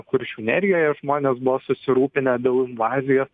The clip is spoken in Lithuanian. kuršių nerijoje žmonės buvo susirūpinę dėl invazijos